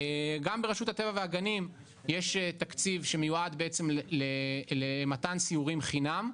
גם ברשות הטבע והגנים יש תקציב שמיועד למתן סיורים חינם,